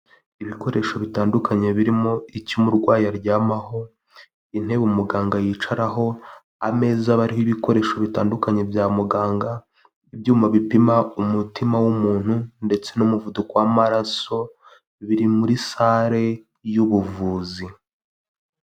Ibikoresho bitandukanye birimo icyo umurwayi aryamaho, intebe umuganga yicaraho, ameza aba ariho ibikoresho bitandukanye bya muganga, ibyuma bipima umutima w'umuntu ndetse n'umuvuduko w'amaraso biri muri sale y'ubuvuzi.